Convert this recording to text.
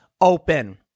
open